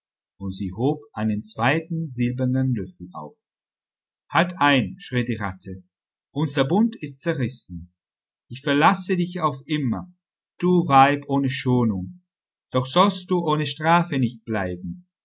und sie hob einen zweiten silbernen löffel auf halt ein schrie die ratte unser bund ist zerrissen ich verlasse dich auf immer du weib ohne schonung doch sollst du ohne strafe nicht bleiben